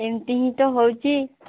ଏମିତି ହିଁ ତ ହେଉଛି